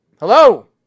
Hello